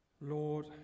lord